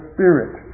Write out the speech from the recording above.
Spirit